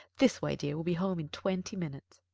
this way, dear. we'll be home in twenty minutes.